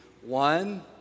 One